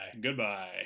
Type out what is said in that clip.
goodbye